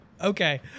okay